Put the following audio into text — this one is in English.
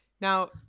now